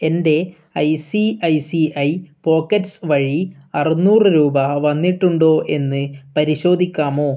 എൻ്റെ I C I C I pockets വഴി അറുനൂറ് രൂപ വന്നിട്ടുണ്ടോ എന്ന് പരിശോധിക്കാമോ